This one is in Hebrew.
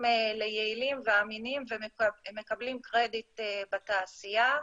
ליעילים ואמינים והם מקבלים קרדיט בתעשייה,